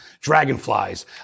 Dragonflies